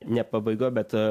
ne pabaiga bet